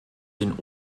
den